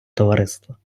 товариства